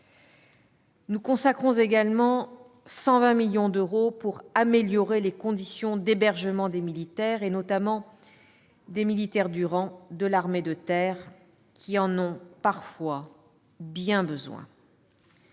Nous consacrons également 120 millions d'euros pour améliorer les conditions d'hébergement des militaires, notamment des militaires du rang de l'armée de terre, qui en ont parfois bien besoin.